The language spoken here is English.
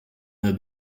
her